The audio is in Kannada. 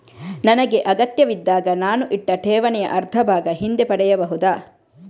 ನನಗೆ ಅಗತ್ಯವಿದ್ದಾಗ ನಾನು ಇಟ್ಟ ಠೇವಣಿಯ ಅರ್ಧಭಾಗ ಹಿಂದೆ ಪಡೆಯಬಹುದಾ?